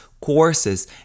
courses